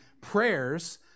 prayers